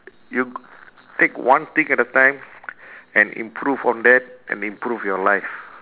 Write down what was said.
you take one peak at a time and improve on that and improve your life